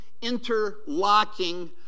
interlocking